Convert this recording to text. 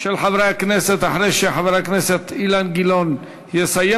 של חברי הכנסת שידברו אחרי שחבר הכנסת אילן גילאון יסיים.